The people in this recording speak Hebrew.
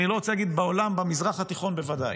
אני לא רוצה להגיד בעולם, במזרח התיכון בוודאי.